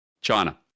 China